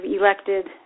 elected